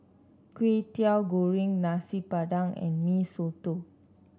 Kwetiau Goreng Nasi Padang and Mee Soto